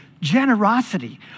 generosity